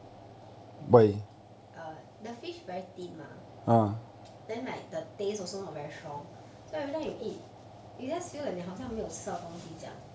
err the fish very thin mah then like the taste also not very strong so every time you eat it just feel like 你好像没有吃东西这样